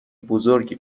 بزرگی